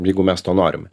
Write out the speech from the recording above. jeigu mes to norime